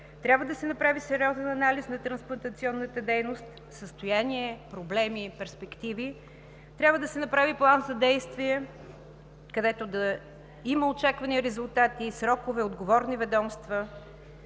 трябва да се направи сериозен анализ на трансплантационната дейност – състояние, проблеми и перспективи; трябва да се направи план за действие, където да има очаквани резултати, срокове, отговорни ведомства,